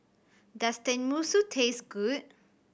does Tenmusu taste good